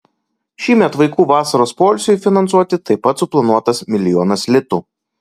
šiemet vaikų vasaros poilsiui finansuoti taip pat suplanuotas milijonas litų